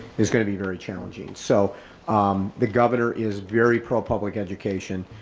is gonna be very challenging. so the governor is very pro public education.